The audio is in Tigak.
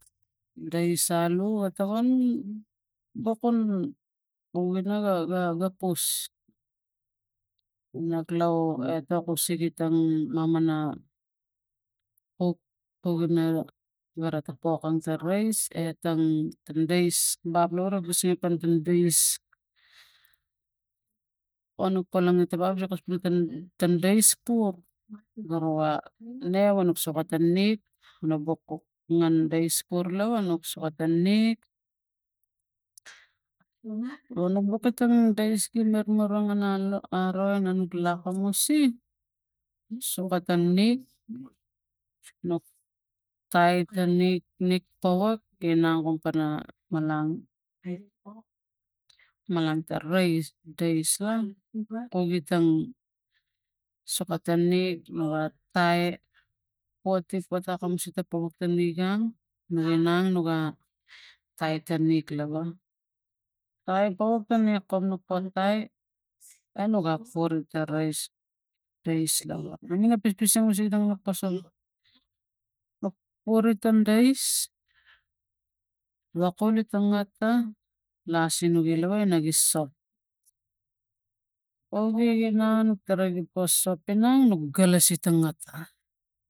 Ga isa alu ga tokon bukun ungina ga; ga pus inak lou etok a sege tang mamana kuk kuk gina gara topokan ta rais etang ta rais baplara ka sigitan tan rais o nuk palanik ta wa nakos takan na rais pu goru wa re wanu soko ta rik nu buk ngan rais kul lava nuk soko ta nik ru nubuk itang rais gi marmarong anang aro ina nuk lakamus soko ta nik nuk tita nik nikpowak inang upawa malang malang ta rais daisla ugi tang soko ta nuik nu atai pote potikamus ita poka ta nik kam nu ginang nu tie ta nik lava tai kawek ta nikom nuk potai e nuk apur ta rais rais lava na mina pispising usingtan ta kosang nuk puritan rais weak kuli ta amata la sinuk gi lava ina gi sop oule ginang tarapuka sop inang nuk kalai ta mata.